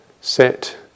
set